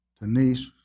Denise